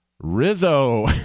Rizzo